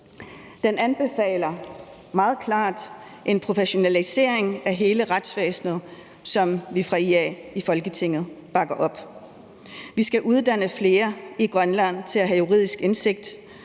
Den anbefaler meget klart en professionalisering af hele retsvæsenet, som vi fra IA's side i Folketinget bakker op. Vi skal uddanne flere i Grønland til at have juridisk indsigt,